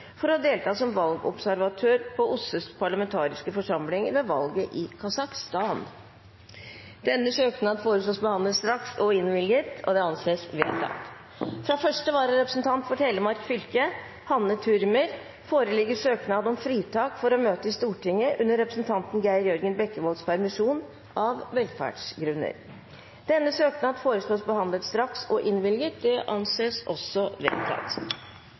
for å delta som valgobservatør for OSSEs parlamentariske forsamling ved valget i Kasakhstan. Denne søknad foreslås behandlet straks og innvilges. – Det anses vedtatt. Fra første vararepresentant for Telemark fylke, Hanne Thürmer, foreligger søknad om fritak for å møte i Stortinget under representanten Geir Jørgen Bekkevolds permisjon, av velferdsgrunner. Etter forslag fra presidenten ble enstemmig besluttet: Søknaden behandles straks og